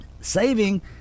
saving